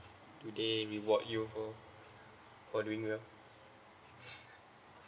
do they reward you for doing well